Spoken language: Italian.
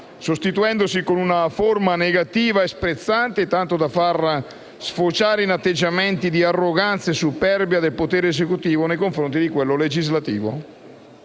sostituendosi con una forma negativa e sprezzante, tanto da sfociare in atteggiamenti di arroganza e superbia del potere esecutivo nei confronti di quello legislativo.